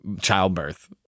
childbirth